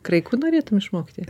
graikų norėtum išmokti